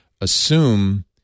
assume